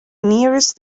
nearest